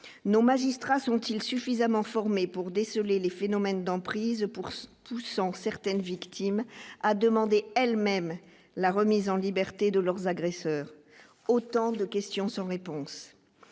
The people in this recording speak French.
nos magistrats sont-ils suffisamment formés pour déceler les phénomènes d'emprise pour tous sans certaines victimes a demandé elle-même la remise en liberté de leurs agresseurs, autant de questions sans réponse,